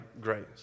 grace